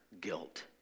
guilt